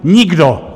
Nikdo!